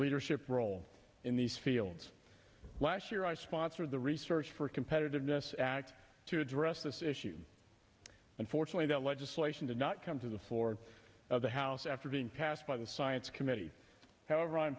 leadership role in these fields last year i sponsored the research for competitiveness act to address this issue and fortunately that legislation did not come to the floor of the house after being passed by the science committee however i'm